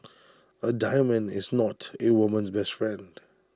A diamond is not A woman's best friend